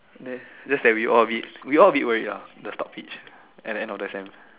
just just that we all a bit we all a bit worried lah the top fits at the end of the sem